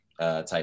type